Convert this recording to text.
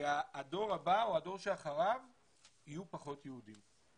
והדור הבא או הדור שאחריו יהיו פחות יהודים.